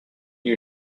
you